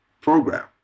program